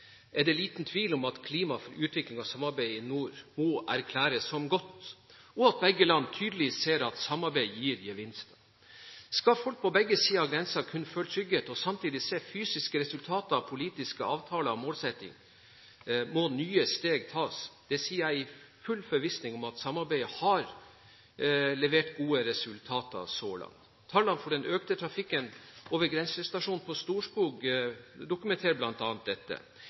er det liten tvil om at klimaet for utvikling av samarbeid i nord må erklæres som godt, og at begge land tydelig ser at samarbeid gir gevinster. Skal folk på begge sider av grensen kunne føle trygghet og samtidig se fysiske resultater av politiske avtaler og målsettinger, må nye steg tas. Dette sier jeg i full forvissning om at samarbeidet har levert gode resultater så langt. Tallene for den økte trafikken over grensestasjonen på Storskog dokumenterer bl.a. dette.